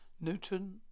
Newton